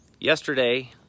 Yesterday